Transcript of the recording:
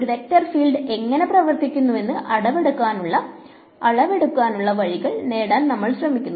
ഒരു vector field എങ്ങനെ പ്രവർത്തിക്കുന്നുവെന്ന് അളവെടുക്കാനുള്ള വഴികൾ നേടാൻ നമ്മൾ ശ്രമിക്കുന്നു